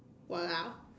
!walao!